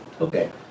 Okay